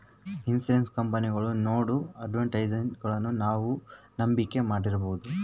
Insurance ಕಂಪನಿಯವರು ನೇಡೋ ಅಡ್ವರ್ಟೈಸ್ಮೆಂಟ್ಗಳನ್ನು ನಾವು ನಂಬಿಕೆ ಮಾಡಬಹುದ್ರಿ?